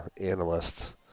analysts